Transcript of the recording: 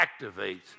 activates